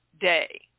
day